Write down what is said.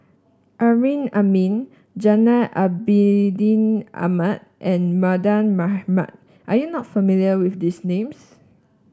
Amrin Amin Gainal Abidin Ahmad and Mardan Mamat are you not familiar with these names